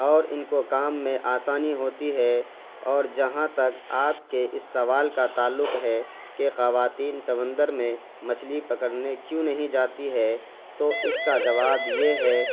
اور ان کو کام میں آسانی ہوتی ہے اور جہاں تک آپ کے اس سوال کا تعلق ہے کہ خواتین سمندر میں مچھلی پکڑنے کیوں نہیں جاتی ہے تو اس کا جواب یہ ہے